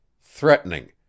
threatening